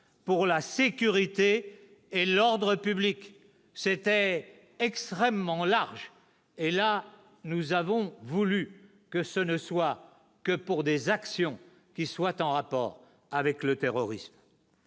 pour la sécurité et l'ordre public. C'était extrêmement large et là, nous avons voulu que ce ne soit que pour des actions qui soient en rapport avec le terrorisme.